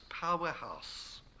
powerhouse